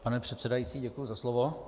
Pane předsedající, děkuji za slovo.